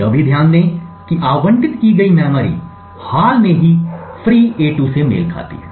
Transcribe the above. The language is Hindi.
यह भी ध्यान दें कि आवंटित की गई मेमोरी हाल ही में फ्री a2 से मेल खाती है